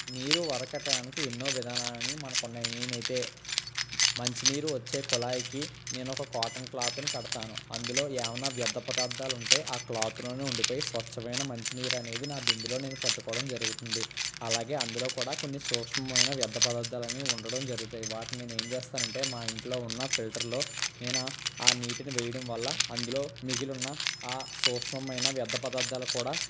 నీరు వరకటానికి ఎన్నో విధానాన్ని మనకు ఉన్నాయి నేనైతే మంచినీరు వచ్చే కుళాయికి నేను ఒక కాటన్ క్లాత్ని కడతాను అందులో ఏమన్నా వ్యర్థ పదార్థాలు ఉంటే ఆ క్లాత్లోనే ఉండిపోయి స్వచ్ఛమైన మంచినీరు అనేది నా బిందులో నేను పట్టుకోవడం జరుగుతుంది అలాగే అందులో కూడా కొన్ని సూక్ష్మమైన వ్యర్థ పదార్థాలని ఉండడం జరుగుతాయి వాటిని నేను ఏం చేస్తానంటే మా ఇంట్లో ఉన్న ఫిల్టర్లో నేను ఆ నీటిని వేయడం వల్ల అందులో మిగిలి ఉన్న ఆ సూక్ష్మమైన వ్యర్థ పదార్థాలు కూడా